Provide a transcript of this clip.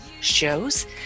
shows